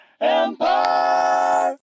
Empire